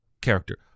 character